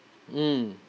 mm